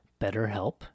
BetterHelp